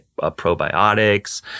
probiotics